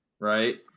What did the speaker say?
Right